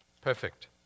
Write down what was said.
perfect